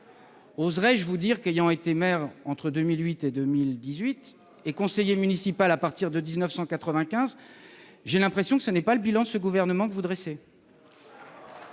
Oserais-je vous dire qu'ayant été maire de 2008 à 2018 et conseiller municipal à partir de 1995 j'ai l'impression que ce n'est pas le bilan de ce gouvernement que vous dressez